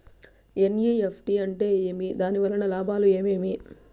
NEFT అంటే ఏమి? దాని వలన లాభాలు ఏమేమి